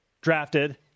drafted